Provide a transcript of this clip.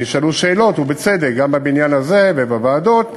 ונשאלו שאלות, ובצדק, גם בבניין הזה ובוועדות,